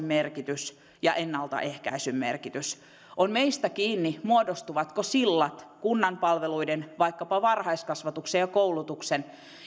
merkitys ja ennaltaehkäisyn merkitys on meistä kiinni muodostuvatko sillat kunnan palveluiden vaikkapa varhaiskasvatuksen ja koulutuksen